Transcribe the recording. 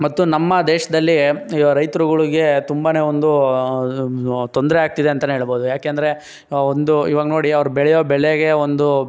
ಮತ್ತು ನಮ್ಮ ದೇಶದಲ್ಲಿ ರೈತರುಗಳಿಗೇ ತುಂಬನೇ ಒಂದು ತೊಂದರೆ ಆಗ್ತಿದೆ ಅಂತೆಯೇ ಹೇಳ್ಬೌದು ಯಾಕೆಂದ್ರೆ ಒಂದು ಇವಾಗ ನೋಡಿ ಅವ್ರು ಬೆಳೆಯುವ ಬೆಳೆಗೆ ಒಂದು